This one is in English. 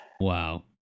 wow